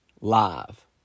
Live